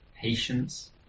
patience